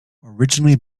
originally